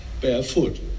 Barefoot